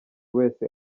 wese